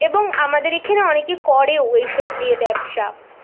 এবং আমাদের এখানে অনেকে করেও এই সব দিয়ে ব্যবসা